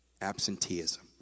Absenteeism